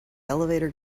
elevator